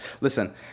listen –